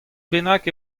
bennak